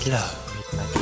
Love